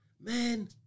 man